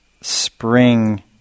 spring